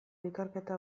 ikerketa